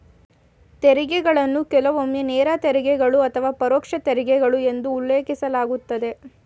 ತೆರಿಗೆಗಳನ್ನ ಕೆಲವೊಮ್ಮೆ ನೇರ ತೆರಿಗೆಗಳು ಅಥವಾ ಪರೋಕ್ಷ ತೆರಿಗೆಗಳು ಎಂದು ಉಲ್ಲೇಖಿಸಲಾಗುತ್ತದೆ